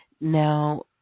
Now